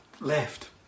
left